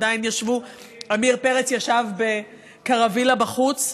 ועמיר פרץ ישב בקרווילה בחוץ.